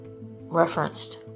referenced